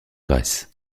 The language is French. grèce